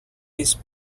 his